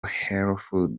hellofood